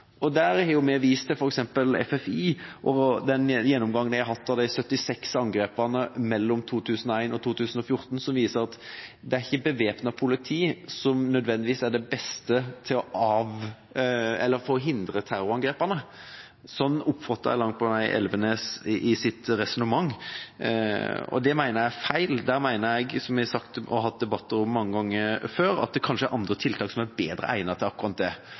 har f.eks. vist til FFI og den gjennomgangen de har hatt av de 76 angrepene mellom 2001 og 2014, som viste at det ikke nødvendigvis er bevæpnet politi som er det beste virkemiddelet for å hindre terrorangrep. Det er slik jeg langt på vei oppfatter Elvenes’ resonnement, og det mener jeg er feil. Der mener jeg, som vi har debattert mange ganger tidligere, at det kanskje er mange tiltak som er bedre egnet til akkurat det.